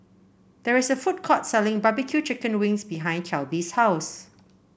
there is a food court selling barbecue Chicken Wings behind Kelby's house